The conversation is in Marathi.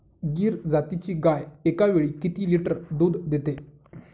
गीर जातीची गाय एकावेळी किती लिटर दूध देते?